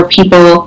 people